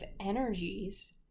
energies